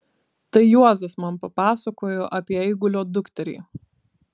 tai juozas man papasakojo apie eigulio dukterį